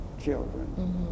children